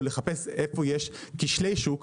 הוא לחפש איפה יש כשלי שוק,